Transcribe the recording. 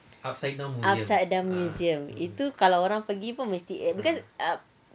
upside down museum itu kalau orang pergi pun mesti ek~ because eh ak~